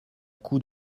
coup